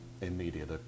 immediate